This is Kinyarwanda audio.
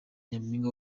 nyaminga